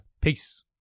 Peace